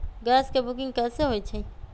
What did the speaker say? Gas के booking कैसे होईछई?